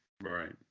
Right